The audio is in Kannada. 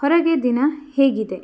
ಹೊರಗೆ ದಿನ ಹೇಗಿದೆ